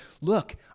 look